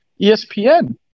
ESPN